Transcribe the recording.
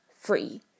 free